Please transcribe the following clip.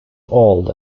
old